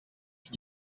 dat